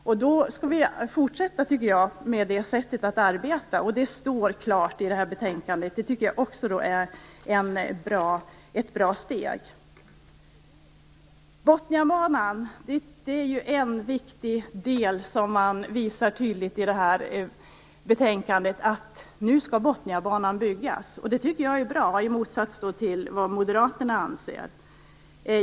Jag tycker att vi skall fortsätta med det sättet att arbeta. Det står klart skrivet i detta betänkande. Det tycker jag också är ett bra steg. Man visar tydligt i betänkandet att Botniabanan skall byggas. Det tycker jag, i motsats till vad Moderaterna anser, är bra.